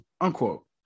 Unquote